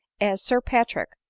as sir patrick,